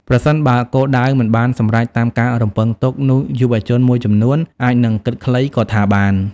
ប្រសិនបើ គោលដៅមិនបានសម្រេចតាមការរំពឹងទុកនោះយុវជនមួយចំនួនអាចនឹងគិតខ្លីក៏ថាបាន។